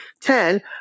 ten